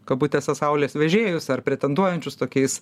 kabutėse saulės vežėjus ar pretenduojančius tokiais